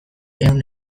ehun